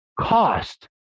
cost